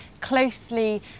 closely